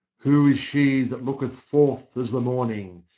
who is she that looketh forth as the morning,